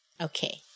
Okay